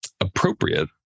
appropriate